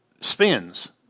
spins